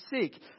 seek